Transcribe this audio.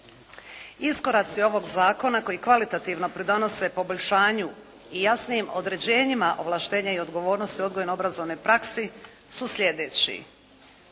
Iskoraci ovog zakona koji kvalitativno pridonose poboljšanju i jasnijim određenjima ovlaštenja i odgovornosti u odgojno-obrazovnoj praksi su sljedeći: